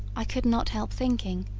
i could not help thinking,